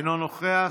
אינו נוכח,